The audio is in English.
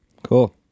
cool